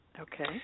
Okay